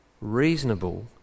reasonable